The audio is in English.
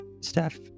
Steph